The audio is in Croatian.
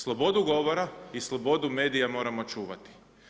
Slobodu govora i slobodu medija moramo čuvati.